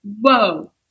whoa